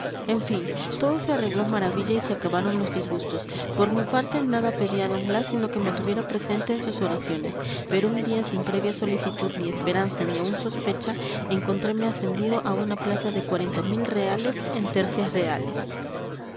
en fin todo se arregló a maravilla y se acabaron los disgustos por mi parte nada pedí a d blas sino que me tuviera presente en sus oraciones pero un día sin previa solicitud ni esperanza ni aun sospecha encontreme ascendido a una plaza de cuarenta mil reales en tercias reales